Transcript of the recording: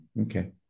okay